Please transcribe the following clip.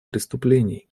преступлений